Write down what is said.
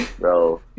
Bro